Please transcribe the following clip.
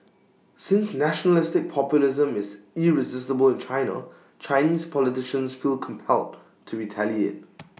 since nationalistic populism is irresistible in China Chinese politicians feel compelled to retaliate